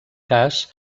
cas